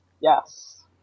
Yes